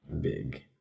Big